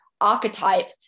archetype